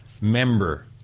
member